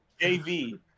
JV